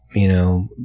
you know,